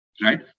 right